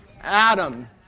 Adam